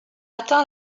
atteint